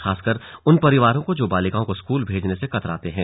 खासकर उन परिवारों को जो बालिकाओं को स्कूल भेजने से कतराते हैं